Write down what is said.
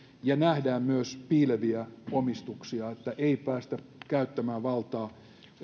ja jotta näemme myös piileviä omistuksia niin ettei päästä käyttämään valtaa